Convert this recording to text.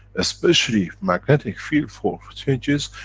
especially magnetic field force changes,